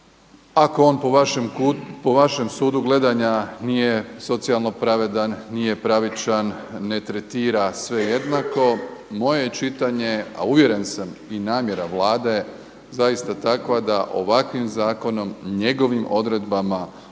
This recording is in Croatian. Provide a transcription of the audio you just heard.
ako on po vašem sudu gledanja nije socijalno pravedan, nije pravičan, ne tretira sve jednako moje je čitanje, a uvjeren sam i namjera Vlade zaista takva da ovakvim zakonom, njegovim odredbama